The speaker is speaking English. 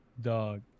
Dog